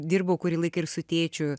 dirbau kuri laiką ir su tėčiu